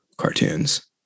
cartoons